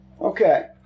Okay